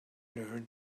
learn